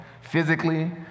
physically